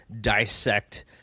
dissect